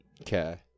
Okay